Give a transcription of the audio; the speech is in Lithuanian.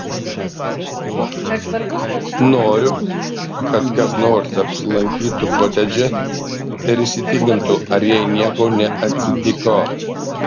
noriu kad kas nors apsilankytų kotedže ir įsitikintų ar jai nieko neatsitiko